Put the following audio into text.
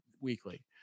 weekly